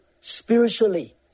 spiritually